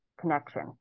connection